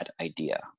idea